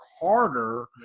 harder